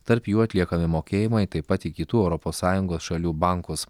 tarp jų atliekami mokėjimai taip pat į kitų europos sąjungos šalių bankus